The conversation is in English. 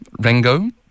Rengo